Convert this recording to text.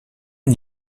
une